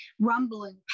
rumbling